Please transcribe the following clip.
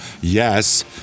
Yes